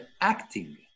acting